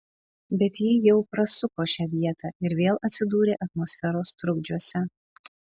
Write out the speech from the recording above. bet ji jau prasuko šią vietą ir vėl atsidūrė atmosferos trukdžiuose